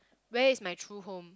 where is my true home